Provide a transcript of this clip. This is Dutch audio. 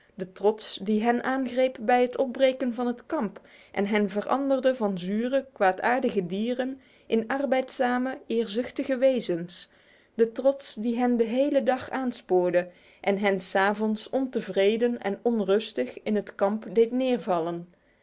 de trots die hen aangreep bij het opbreken van het kamp en hen veranderde van zure kwaadaardige dieren in arbeidzame eerzuchtige wezens de trots die hen de hele dag aanspoorde en hen s avonds ontevreden en onrustig in het kamp deed neervallen